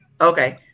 Okay